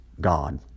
God